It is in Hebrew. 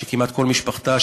שכמעט כל משפחתה,